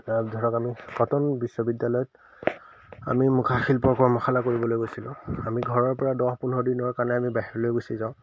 ধৰক আমি কটন বিশ্ববিদ্যালয়ত আমি মুখাশিল্প কৰ্মশালা কৰিবলৈ গৈছিলোঁ আমি ঘৰৰ পৰা দহ পোন্ধৰ দিনৰ কাৰণে আমি বাহিৰলৈ গুচি যাওঁ